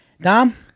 Dom